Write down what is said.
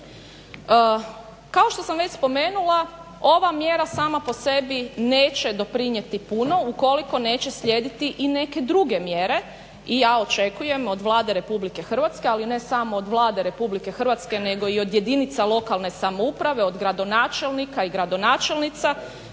Kao što sam već spomenula, ova mjera sama po sebi neće doprinijeti puno ukoliko neće slijediti i neke druge mjere i ja očekujem od Vlade Republike Hrvatske, ali ne samo od Vlade Republike Hrvatske nego i od jedinica lokalne samouprave, od gradonačelnika i gradonačelnica